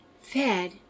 fed